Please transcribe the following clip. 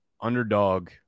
Underdog